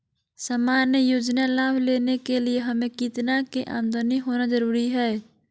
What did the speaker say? सामान्य योजना लाभ लेने के लिए हमें कितना के आमदनी होना जरूरी है?